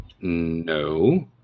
No